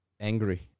angry